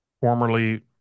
formerly